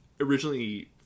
originally